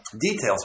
details